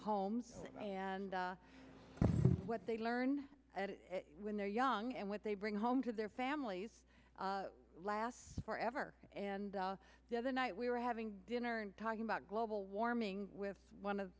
homes and what they learn when they're young and what they bring home to their families lasts forever and the other night we were having dinner and talking about global warming with one of